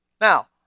Now